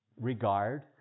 regard